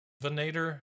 Venator